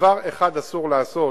דבר אחד אסור לעשות,